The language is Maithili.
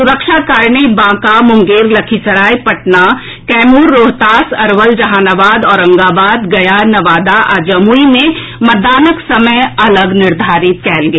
सुरक्षा कारण सँ बांका मुंगेर लखीसराय पटना कैमूर रोहतास अरवल जहानाबाद औरंगाबाद गया नवादा आ जमूई मे मतदानक समय अलग निर्धारित कयल गेल अछि